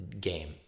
game